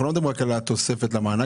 אנחנו לא מדברים רק על התוספת למענק,